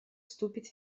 вступит